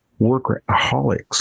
workaholics